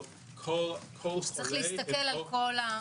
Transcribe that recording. צריך להסתכל על הכול.